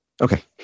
Okay